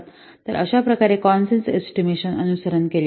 तर अशाप्रकारे consensus estimation अनुसरण केले जाते